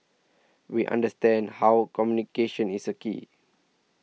we understand how communication is a key